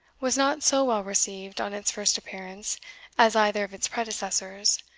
was not so well received on its first appearance as either of its predecessors,